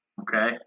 okay